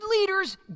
leaders